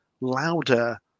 louder